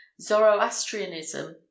Zoroastrianism